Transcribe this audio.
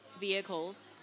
vehicles